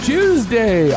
Tuesday